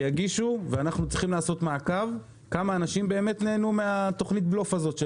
אנחנו צריכים לעשות מעקב כמה אנשים באמת נהנו מתוכנית הבלוף הזאת.